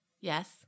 Yes